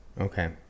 Okay